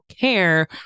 care